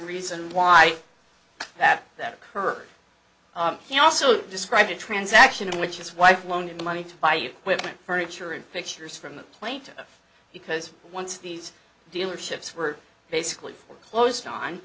reason why that that occurred he also described a transaction which is why flown in money to buy you women furniture and pictures from the plaintiff because once these dealerships were basically foreclosed on